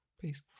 Peace